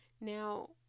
Now